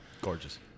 Gorgeous